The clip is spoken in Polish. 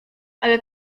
ale